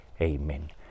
Amen